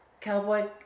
cowboy